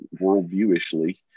worldviewishly